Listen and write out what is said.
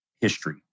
history